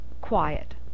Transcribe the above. quiet